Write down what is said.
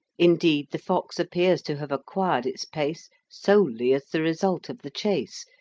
indeed the fox appears to have acquired its pace solely as the result of the chase,